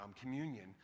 communion